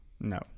No